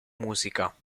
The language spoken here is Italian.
musica